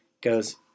goes